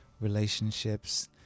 relationships